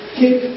kick